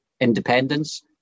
independence